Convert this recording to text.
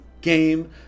game